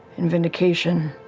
and vindication